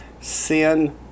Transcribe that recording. Sin